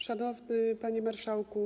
Szanowny Panie Marszałku!